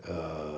err